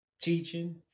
teaching